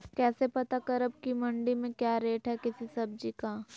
कैसे पता करब की मंडी में क्या रेट है किसी सब्जी का?